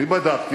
אני בדקתי.